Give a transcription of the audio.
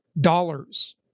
dollars